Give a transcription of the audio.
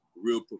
real